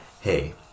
Hey